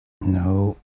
No